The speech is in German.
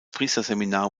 priesterseminar